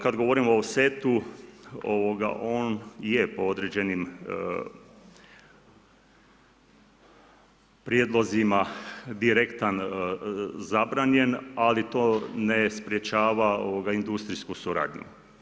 Kad govorimo o setu, on je po određenim prijedlozima direktan zabranjen, ali to ne sprečava industrijsku suradnju.